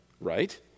right